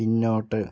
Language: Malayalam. പിന്നോട്ട്